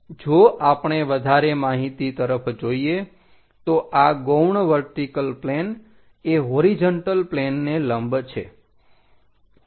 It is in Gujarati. જો આપણે વધારે માહિતી તરફ જોઈએ તો આ ગૌણ વર્ટિકલ પ્લેન એ હોરીજન્ટલ પ્લેનને લંબ છે